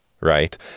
right